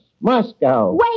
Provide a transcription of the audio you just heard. Moscow